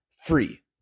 free